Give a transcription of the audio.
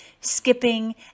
skipping